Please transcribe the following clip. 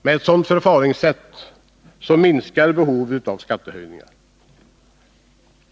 Med ett sådant förfaringssätt minskar behovet av skattehöjningar.